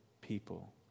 people